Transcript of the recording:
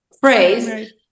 phrase